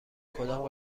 کدام